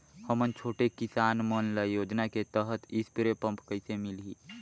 हमन छोटे किसान मन ल योजना के तहत स्प्रे पम्प कइसे मिलही?